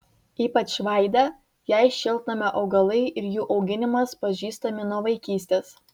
ypač vaida jai šiltnamio augalai ir jų auginimas pažįstami nuo vaikystės